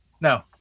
No